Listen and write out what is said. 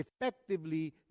effectively